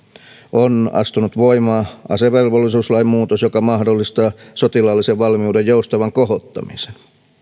on astunut voimaan asevelvollisuuslain muutos joka mahdollistaa sotilaallisen valmiuden joustavan kohottamisen